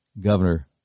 Governor